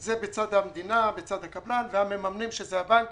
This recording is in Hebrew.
זה בצד המדינה, בצד הקבלן והמממנים שזה הבנקים.